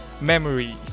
memories